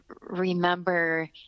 remember